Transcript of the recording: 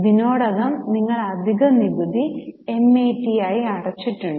ഇതിനോടകം നിങ്ങൾ അധികം നികുതി MAT ആയി അടച്ചിട്ടുണ്ട്